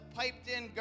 piped-in